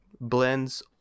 blends